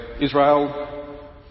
Israel